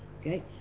Okay